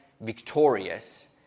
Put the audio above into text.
victorious